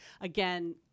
again